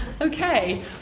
Okay